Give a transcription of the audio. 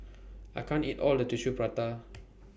I can't eat All of This Tissue Prata